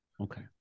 okay